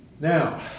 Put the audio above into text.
Now